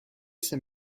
ces